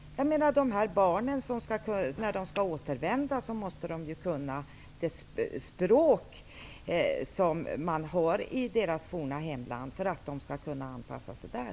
När de här barnen skall återvända måste de ju kunna det språk som gäller i deras forna hemland för att de skall kunna anpassa sig där.